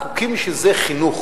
זקוקים בשביל זה לחינוך,